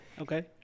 Okay